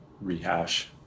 rehash